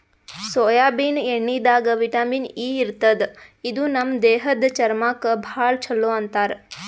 soybean ಎಣ್ಣಿದಾಗ್ vitamin E ಇರ್ತದ್ ಇದು ನಮ್ ದೇಹದ್ದ್ ಚರ್ಮಕ್ಕಾ ಭಾಳ್ ಛಲೋ ಅಂತಾರ್